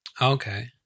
Okay